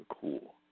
cool